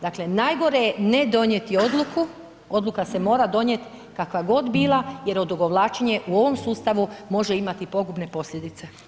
Dakle, najgore je ne donijeti odluku, odluka se mora donijeti kakva god bila jer odugovlačenje u ovom sustavu može imati pogubne posljedice.